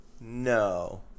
No